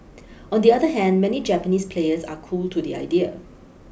on the other hand many Japanese players are cool to the idea